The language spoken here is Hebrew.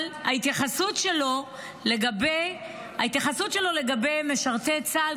אבל ההתייחסות שלו לגבי משרתי צה"ל,